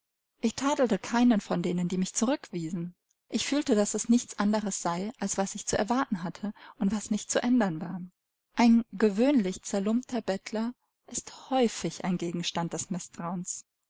ich tadelte keinen von denen die mich zurückwiesen ich fühlte daß es nichts anderes sei als was ich zu erwarten hatte und was nicht zu ändern war ein gewöhnlicher zerlumpter bettler ist häufig ein gegenstand des mißtrauens